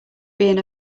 being